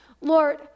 Lord